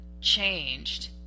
changed